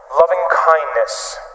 loving-kindness